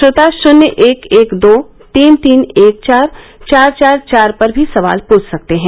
श्रोता शुन्य एक एक दो तीन तीन एक चार चार चार पर भी सवाल पूछ सकते हैं